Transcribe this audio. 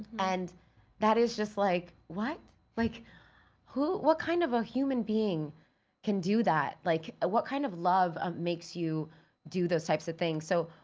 and that is just like, what? like who, what kind of a human being can do that? like, ah what kind of love makes you do those types of things? so,